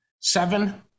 Seven